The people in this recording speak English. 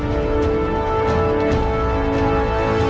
or